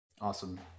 Awesome